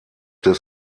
des